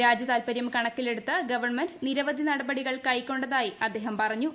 രാജ്യതാത്പര്യം കണക്കിലെടുത്ത് ഗവൺമെന്റ് നിരവധി നടപടികൾ കൈക്കൊണ്ടതായി അദ്ദേഹം പറഞ്ഞു